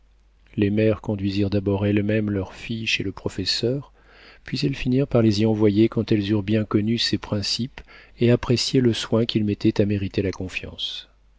les mères conduisirent d'abord elles-mêmes leurs filles chez le professeur puis elles finirent par les y envoyer quand elles eurent bien connu ses principes et apprécié le soin qu'il mettait à mériter la confiance